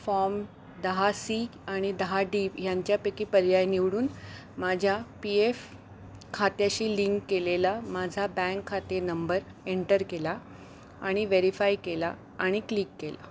form दहा C आणि दहा डी ह्यांच्यापैकी पर्याय निवडून माझ्या पी एफ खात्याशी लिंक केलेला माझा बँक खाते नंबर एंटर केला आणि व्हेरीफाय केला आणि क्लिक केलं